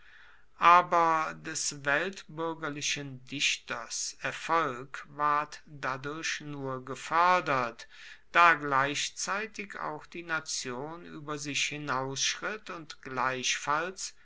aber des weltbuergerlichen dichters erfolg ward dadurch nur gefoerdert da gleichzeitig auch die nation ueber sich hinausschritt und gleichfalls